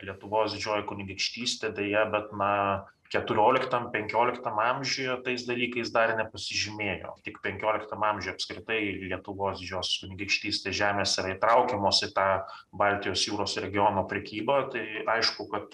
lietuvos didžioji kunigaikštystė deja bet na keturioliktam penkioliktam amžiuje tais dalykais dar nepasižymėjo tik penkioliktam amžiuj apskritai lietuvos didžiosios kunigaikštystės žemės yra įtraukiamos į tą baltijos jūros regiono prekybą tai aišku kad